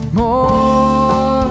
more